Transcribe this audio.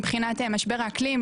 מבחינת משבר האקלים.